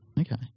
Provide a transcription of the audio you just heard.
Okay